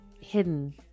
hidden